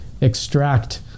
extract